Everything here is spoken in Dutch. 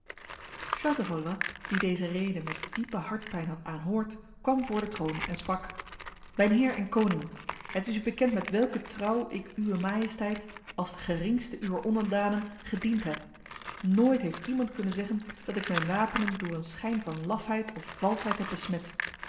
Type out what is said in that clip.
valois die deze rede met diepe hartpijn had aanhoord kwam voor de troon en sprak mijn heer en koning het is u bekend met welke trouw ik uwe majesteit als de geringste uwer onderdanen gediend heb nooit heeft iemand kunnen zeggen dat ik mijn wapenen door een schijn van lafheid of valsheid heb besmet